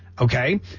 Okay